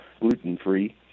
gluten-free